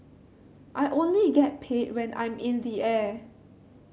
I only get paid when I'm in the air